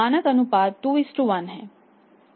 मानक अनुपात 2 1 है